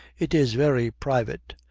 it is very private.